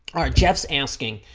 alright jeff's asking